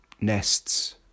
nests